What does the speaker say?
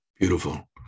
Beautiful